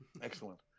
Excellent